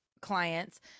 clients